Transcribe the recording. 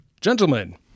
Gentlemen